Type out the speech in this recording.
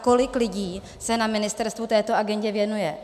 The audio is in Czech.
Kolik lidí se na ministerstvu této agendě věnuje?